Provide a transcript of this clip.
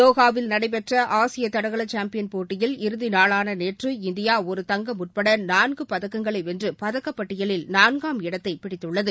தோஹாவில் நடைபெற்ற ஆசிய தடகள சாம்பியன் போட்டியில் இறதிநாளான நேற்று இந்தியா ஒரு தங்கம் உட்பட நான்கு பதக்கங்களை வென்று பதக்கப்பட்டியலில் நான்காம் இடத்தை பிடித்துள்ளது